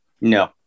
No